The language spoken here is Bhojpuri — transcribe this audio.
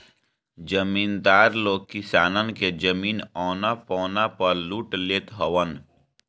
जमीदार लोग किसानन के जमीन औना पौना पअ लूट लेत हवन